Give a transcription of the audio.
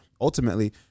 ultimately